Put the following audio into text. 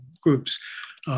groups